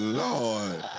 lord